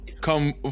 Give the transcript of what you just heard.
come